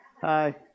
Hi